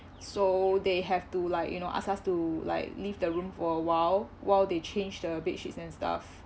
so they have to like you know ask us to like leave the room for awhile while they change the bed sheets and stuff